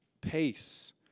pace